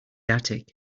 attic